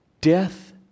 Death